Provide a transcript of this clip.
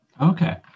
Okay